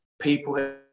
People